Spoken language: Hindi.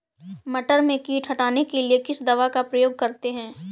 मटर में कीट हटाने के लिए किस दवा का प्रयोग करते हैं?